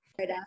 Right